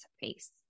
face